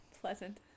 pleasant